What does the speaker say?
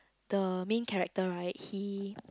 the main character right he